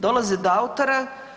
Dolaze do autora.